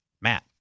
Matt